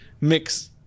mix